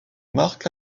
marc